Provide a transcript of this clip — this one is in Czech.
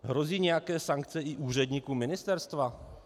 Hrozí nějaké sankce i úředníkům Ministerstva?